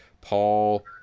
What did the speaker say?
Paul